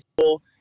school